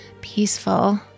peaceful